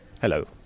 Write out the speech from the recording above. Hello